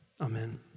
amen